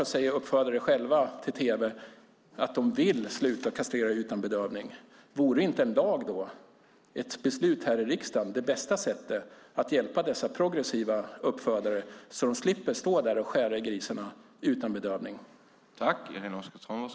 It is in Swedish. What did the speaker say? I går sade uppfödare själva i tv att de vill sluta kastrera utan bedövning. Vore då inte ett lagbeslut här i riksdagen bästa sättet att hjälpa dessa progressiva uppfödare så att de slipper skära i grisarna utan att dessa bedövas?